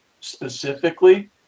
specifically